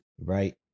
Right